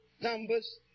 Numbers